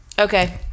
okay